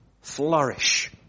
flourish